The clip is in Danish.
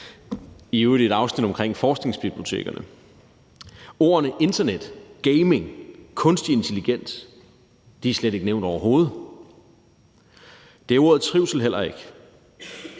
i øvrigt i et afsnit omkring forskningsbibliotekerne. Ordene internet, gaming og kunstig intelligens er slet ikke nævnt, overhovedet. Det er ordet trivsel heller ikke.